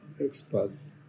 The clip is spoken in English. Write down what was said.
Experts